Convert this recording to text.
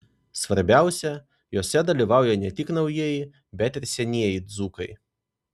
svarbiausia juose dalyvauja ne tik naujieji bet ir senieji dzūkai